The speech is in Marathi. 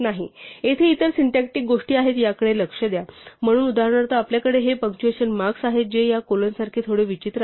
येथे इतर सिंटॅक्टीक गोष्टी आहेत याकडे लक्ष द्या म्हणून उदाहरणार्थ आपल्याकडे हे पंक्चुएशन मार्क्स आहेत जे या कोलनसारखे थोडे विचित्र आहेत